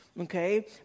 Okay